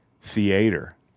theater